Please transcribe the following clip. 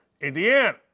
Indiana